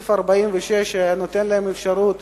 סעיף 46 נותן להם אפשרות